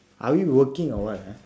are we working or what ah